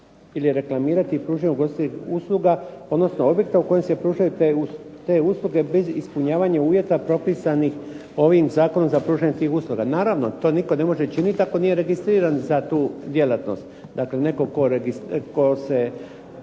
ili reklamirati pružanje ugostiteljskih usluga odnosno objekta u kojem se pružaju te usluge bez ispunjavanja uvjeta propisanih ovim zakonom za pružanje tih usluga. Naravno, to nitko ne može činiti ako nije registriran za tu djelatnost. Dakle, netko tko